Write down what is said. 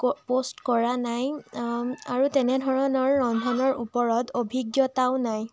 ক প'ষ্ট কৰা নাই আৰু তেনেধৰণৰ ৰন্ধনৰ ওপৰত অভিজ্ঞতাও নাই